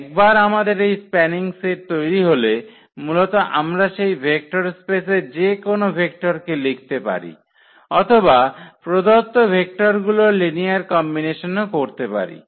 একবার আমাদের এই স্প্যানিং সেট তৈরি হলে মূলত আমরা সেই ভেক্টর স্পেসের যে কোন ভেক্টরকে লিখতে পারি অথবা প্রদত্ত ভেক্টরগুলোর লিনিয়ার কম্বিনেশন ও করতে পারি